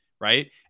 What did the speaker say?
Right